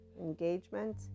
engagement